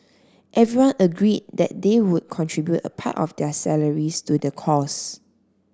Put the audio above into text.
everyone agreed that they would contribute a part of their salaries to the cause